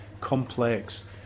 complex